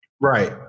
right